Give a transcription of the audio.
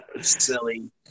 silly